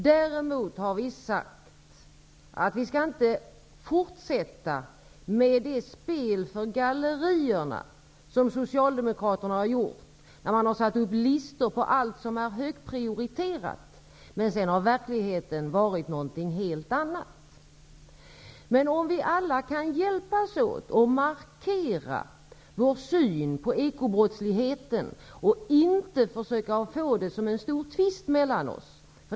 Däremot har vi sagt att vi inte skall fortsätta med det spel för gallerierna som Socialdemokraterna har gjort när man har satt upp listor på allt som är högt prioriterat, men sedan har verkligheten varit något helt annat. Vi kan alla hjälpas åt att markera vår syn på ekobrottsligheten. Man skall inte försöka att få det till att det finns en stor tvist mellan oss.